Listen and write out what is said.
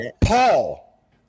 Paul